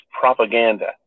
propaganda